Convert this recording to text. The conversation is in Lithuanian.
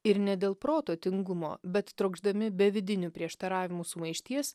ir ne dėl proto tingumo bet trokšdami be vidinių prieštaravimų sumaišties